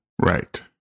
Right